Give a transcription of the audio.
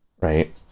right